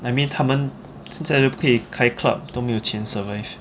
I mean 他们现在又不可以开 club 都没有钱 survive